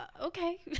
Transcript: okay